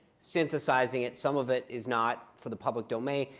synthesizing it. some of it is not for the public domain.